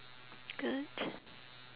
good